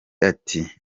ati